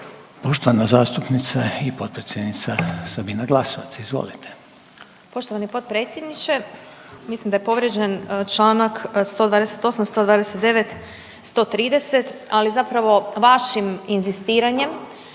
Poštovana zastupnica i potpredsjednica Sabina Glasova, izvolite. **Glasovac, Sabina (SDP)** Poštovani potpredsjedniče. Mislim da je povrijeđen čl. 128., 129., 130. ali zapravo vašim inzistiranjem